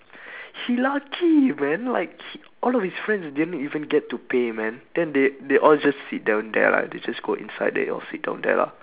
he lucky man like he all of his friends didn't even get to pay man then they they all just sit down lah they just go inside they all sit down there lah